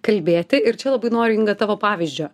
kalbėti ir čia labai noriu inga tavo pavyzdžio